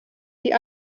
die